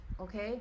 Okay